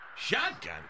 Shotgun